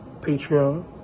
Patreon